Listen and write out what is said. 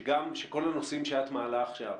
שגם כל הנושאים שאת מעלה עכשיו,